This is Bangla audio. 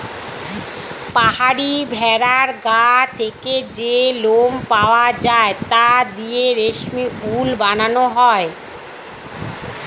পাহাড়ি ভেড়ার গা থেকে যে লোম পাওয়া যায় তা দিয়ে রেশমি উল বানানো হয়